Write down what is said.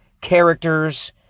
characters